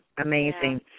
amazing